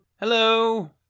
Hello